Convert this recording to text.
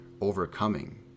overcoming